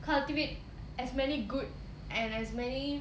cultivate as many good and as many